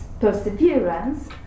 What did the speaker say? perseverance